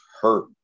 hurt